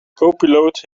copiloot